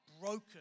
broken